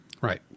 Right